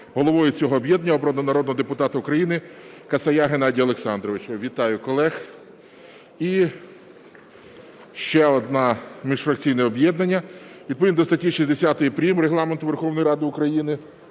головою цього об'єднання обрано народного депутата України Касая Геннадія Олександровича. Вітаю колег. І ще одне міжфракційне об'єднання. Відповідно до статті 60 прим. Регламенту Верховної Ради України